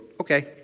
okay